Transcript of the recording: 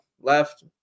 left